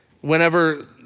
whenever